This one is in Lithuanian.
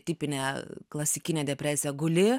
tipinė klasikinė depresija guli